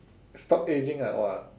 stop aging ah !wah!